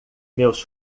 meus